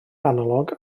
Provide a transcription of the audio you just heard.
analog